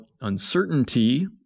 uncertainty